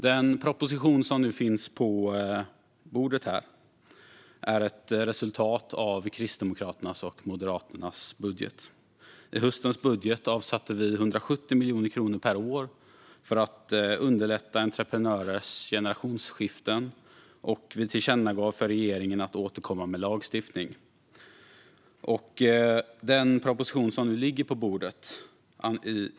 Den proposition som nu finns på riksdagens bord är ett resultat av Kristdemokraternas och Moderaternas budget. I höstens budget avsatte vi 170 miljoner kronor per år för att underlätta generationsskiften för entreprenörer, och vi tillkännagav för regeringen att regeringen bör återkomma med förslag till lagstiftning.